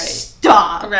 stop